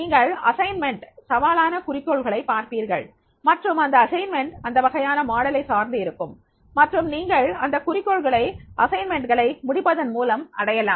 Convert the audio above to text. நீங்கள் பணியில் சவாலான குறிக்கோள்களை பார்ப்பீர்கள் மற்றும் அந்த பணி இந்த வகையான மாதிரியை சார்ந்து இருக்கும் மற்றும் நீங்கள் அந்த குறிக்கோள்களை பணிகளை முடிப்பதன் மூலம் அடையலாம்